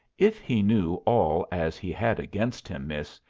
if he knew all as he had against him, miss,